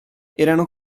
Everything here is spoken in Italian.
erano